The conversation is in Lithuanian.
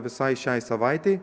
visai šiai savaitei